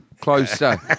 closer